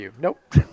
Nope